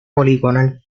poligonal